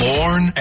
Born